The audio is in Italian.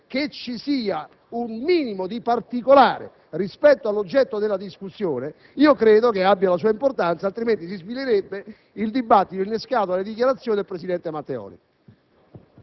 che ci sia un minimo di particolari rispetto all'oggetto della discussione; credo che ciò abbia una sua importanza, altrimenti si svilirebbe il dibattito innescato dalle dichiarazioni del presidente Matteoli.